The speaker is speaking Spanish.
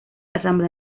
asamblea